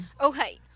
Okay